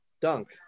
Dunk